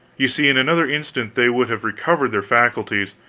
you see, in another instant they would have recovered their faculties,